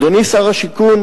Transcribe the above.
אדוני שר השיכון,